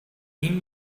این